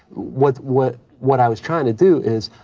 what, what what i was trying to do is,